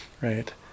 Right